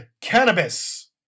cannabis